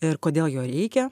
ir kodėl jo reikia